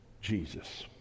Jesus